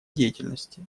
деятельности